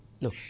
No